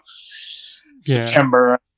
September